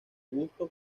gusto